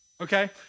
Okay